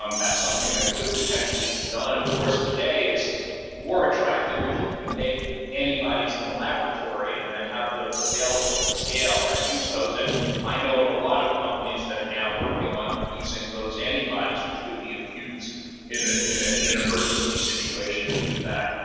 um that's something that could potentially be done. of course, today, it's more attractive if you can make antibodies in the laboratory and then have those available at scale and use those, and i know of a lot of companies that are working on producing those antibodies, which could be infused in ah in ah an emergency situation, and do that.